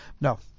No